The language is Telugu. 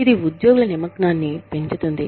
ఇది ఉద్యోగుల నిమగ్నాన్ని పెంచుతుంది